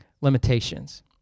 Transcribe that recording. limitations